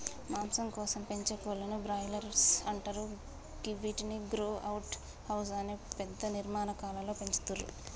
మాంసం కోసం పెంచే కోళ్లను బ్రాయిలర్స్ అంటరు గివ్విటిని గ్రో అవుట్ హౌస్ అనే పెద్ద నిర్మాణాలలో పెంచుతుర్రు